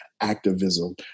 activism